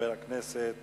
חבר הכנסת